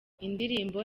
indirimbo